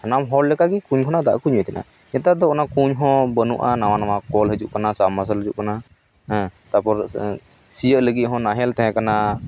ᱥᱟᱱᱟᱢ ᱦᱚᱲ ᱞᱮᱠᱟ ᱜᱮ ᱠᱩᱧ ᱠᱷᱚᱱᱟᱜ ᱫᱟᱜ ᱠᱚ ᱧᱩᱭᱮᱫ ᱛᱟᱦᱮᱱᱟ ᱱᱮᱛᱟᱨ ᱫᱚ ᱚᱱᱟ ᱠᱩᱧ ᱦᱚᱸ ᱵᱟᱹᱱᱩᱜᱼᱟ ᱱᱟᱣᱟ ᱱᱟᱣᱟ ᱠᱚᱞ ᱦᱤᱡᱩᱜ ᱠᱟᱱᱟ ᱥᱟᱵᱢᱟᱨᱥᱟᱞ ᱦᱤᱡᱩᱜ ᱠᱟᱱᱟ ᱦᱮᱸ ᱛᱟᱯᱚᱨ ᱥᱤᱭᱟᱹᱜ ᱞᱟᱹᱜᱤᱫ ᱦᱚᱸ ᱱᱟᱦᱮᱞ ᱛᱟᱦᱮᱸ ᱠᱟᱱᱟ